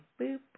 boop